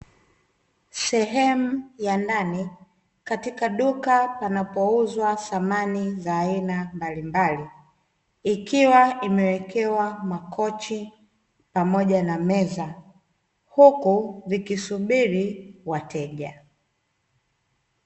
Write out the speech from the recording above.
Sehemu ya ndani katika duka panapouzwa samani za aina mbalimbali, ikiwa imewekewa makochi pamoja meza huku vikisubiri wateja.